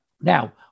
now